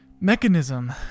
mechanism